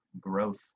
growth